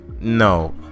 no